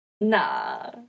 Nah